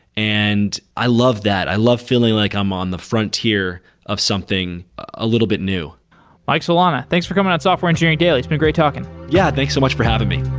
and i love that. i love feeling like i'm on the frontier of something a little bit new mike solana, thanks for coming on software engineering daily. it's been great talking yeah, thanks so much for having me